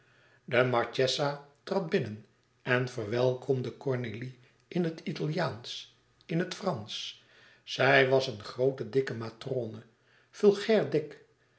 de marchesa trad binnen en verwelkomde cornélie in het italiaansch in het fransch zij was een groote dikke matrone vulgair dik